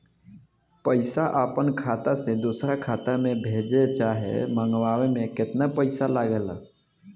पैसा अपना खाता से दोसरा खाता मे भेजे चाहे मंगवावे में केतना पैसा लागेला?